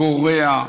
גורע.